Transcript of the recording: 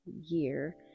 year